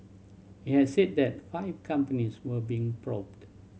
it had said that five companies were being probed